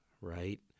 right